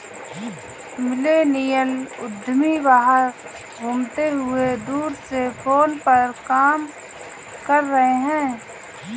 millennial उद्यमी बाहर घूमते हुए दूर से फोन पर काम कर रहे हैं